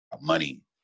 money